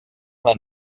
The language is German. man